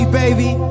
baby